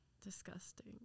Disgusting